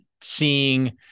seeing